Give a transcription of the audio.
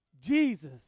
Jesus